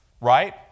Right